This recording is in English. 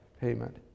payment